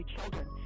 children